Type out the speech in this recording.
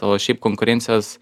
o šiaip konkurencijos